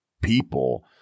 people